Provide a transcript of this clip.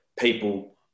people